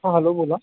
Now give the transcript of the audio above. हं हॅलो बोला